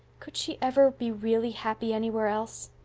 could she ever be really happy anywhere else?